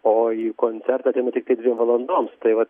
o į koncertą ateina tiktai dviem valandoms tai vat